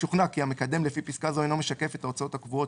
אם שוכנע כי המקדם לפי פסקה זו אינו משקף את ההוצאות הקבועות